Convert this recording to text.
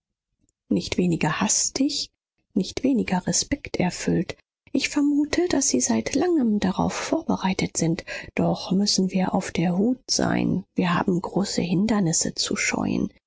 nicht weniger hastig nicht weniger respekterfüllt ich vermute daß sie seit langem darauf vorbereitet sind doch müssen wir auf der hut sein wir haben große hindernisse zu scheuen